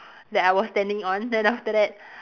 that I was standing on then after that